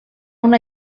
una